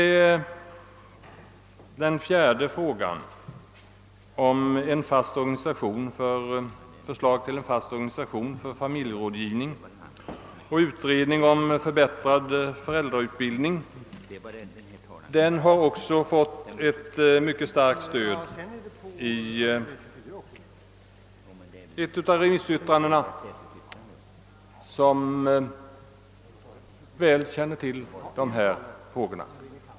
Den fjärde frågan — rörande förslag till en fast organisation för familjerådgivning och utredning om föräldrautbildning — har också fått ett mycket starkt stöd i ett yttrande från en remissinstans som känner väl till dessa frågor.